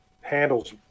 handles